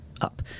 up